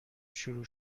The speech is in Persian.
شروع